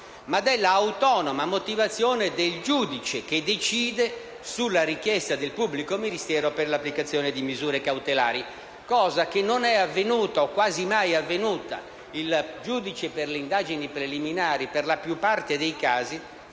ma della autonoma motivazione del giudice che decide sulla richiesta del pubblico ministero per l'applicazione di misure cautelari; cosa che non è quasi mai avvenuta. Il giudice per le indagini preliminari, per la maggior parte dei casi,